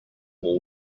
all